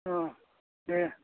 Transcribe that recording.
औ दे